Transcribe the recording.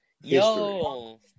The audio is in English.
Yo